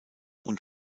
und